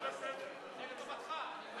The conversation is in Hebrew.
אני לטובתך.